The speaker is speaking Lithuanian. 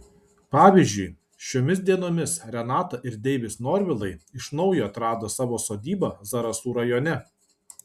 pavyzdžiui šiomis dienomis renata ir deivis norvilai iš naujo atrado savo sodybą zarasų rajone